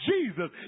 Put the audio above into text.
Jesus